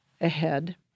ahead